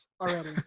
already